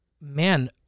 man